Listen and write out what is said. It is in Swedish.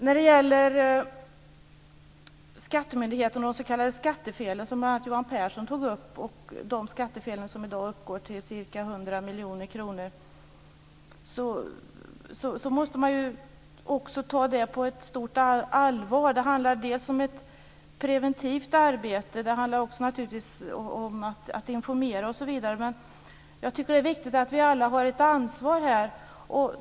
När det gäller skattemyndigheten och de s.k. skattefelen som bl.a. Johan Pehrson tog upp och som i dag uppgår till ca 100 miljoner kronor så måste man ta dem på stort allvar. Det handlar dels om ett preventivt arbete, dels naturligtvis också om att informera osv. Vi har alla ett ansvar här.